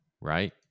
right